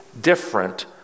different